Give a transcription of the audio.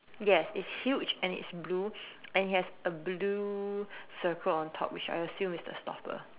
yes it's huge and it's blue and it has a blue circle on top which I assume is the stopper